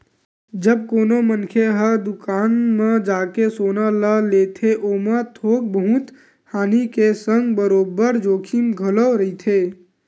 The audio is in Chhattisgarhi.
जब कोनो मनखे ह दुकान म जाके सोना ल लेथे ओमा थोक बहुत हानि के संग बरोबर जोखिम घलो रहिथे